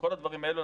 כל הדברים האלה,